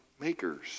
makers